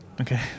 Okay